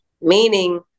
meaning